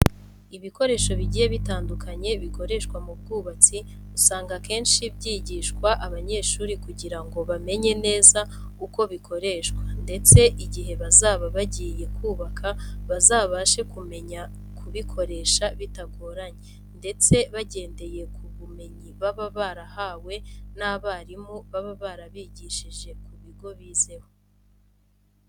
Ibikoresho bigiye bitandukanye bikoreshwa mu bwubatsi usanga akenshi byigishwa abanyeshuri kugira ngo bamenye neza uko bikoreshwa ndetse igihe bazaba bagiye kubaka bazabashe kumenya kubikoresha bitagoranye ndetse bagendeye ku bumenyi baba barahawe n'abarimu baba barabigishije ku bigo bizeho.